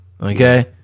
Okay